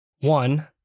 One